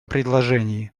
предложении